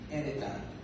anytime